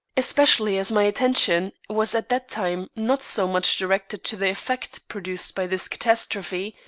especially as my attention was at the time not so much directed to the effect produced by this catastrophe,